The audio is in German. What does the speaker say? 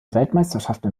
weltmeisterschaften